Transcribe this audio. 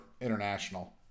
international